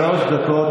שלוש דקות